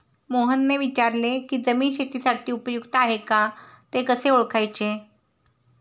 मोहनने विचारले की जमीन शेतीसाठी उपयुक्त आहे का ते कसे ओळखायचे?